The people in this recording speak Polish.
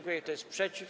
Kto jest przeciw?